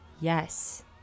Yes